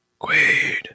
Quaid